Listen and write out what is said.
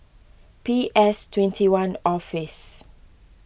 P S twenty one Office